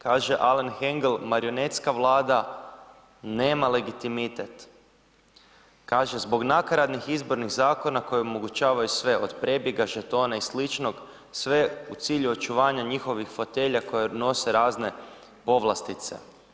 Kaže Alen Heglen, marionetska vlada nema legitimitet, kaže zbog nakaradnih izbornih zakona koji omogućavaju sve od prebjega, žetona i sl., sve u cilju očuvanja njihovih fotelja koje nose razne povlastice.